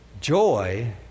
joy